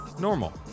Normal